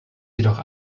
jedoch